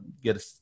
get